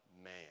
man